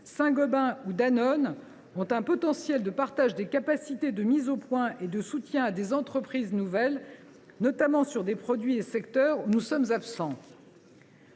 Saint Gobain ou Danone, ont un potentiel de partage des capacités de mise au point et de soutien à des entreprises nouvelles, notamment sur des produits et secteurs où nous sommes absents.